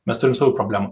mes turim savų problemų